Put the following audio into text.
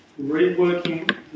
Reworking